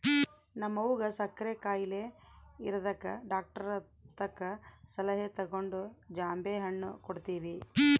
ನಮ್ವಗ ಸಕ್ಕರೆ ಖಾಯಿಲೆ ಇರದಕ ಡಾಕ್ಟರತಕ ಸಲಹೆ ತಗಂಡು ಜಾಂಬೆಣ್ಣು ಕೊಡ್ತವಿ